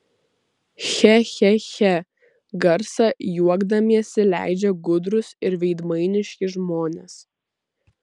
che che che garsą juokdamiesi leidžia gudrūs ir veidmainiški žmonės